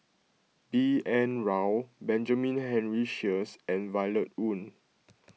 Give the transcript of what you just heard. B N Rao Benjamin Henry Sheares and Violet Oon